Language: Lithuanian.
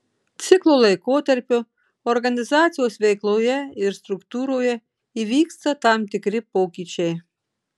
ciklo laikotarpiu organizacijos veikloje ir struktūroje įvyksta tam tikri pokyčiai